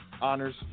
honors